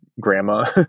grandma